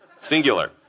Singular